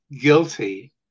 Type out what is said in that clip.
guilty